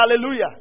Hallelujah